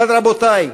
אבל, רבותי,